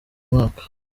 mwaka